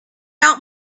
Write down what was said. out